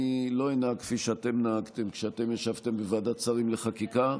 אני לא אנהג כפי שאתם נהגתם כשאתם ישבתם בוועדת שרים לחקיקה,